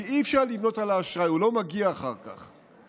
לבנות על האשראי, הוא לא מגיע אחר כך.